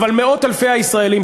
אבל מאות אלפי הישראלים,